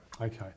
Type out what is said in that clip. Okay